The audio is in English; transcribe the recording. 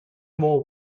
more